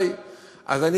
שיהיה.